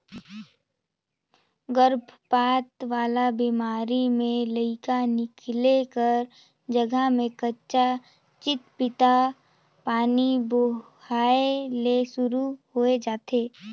गरभपात वाला बेमारी में लइका निकले कर जघा में कंचा चिपपिता पानी बोहाए ले सुरु होय जाथे